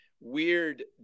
weird